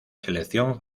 selección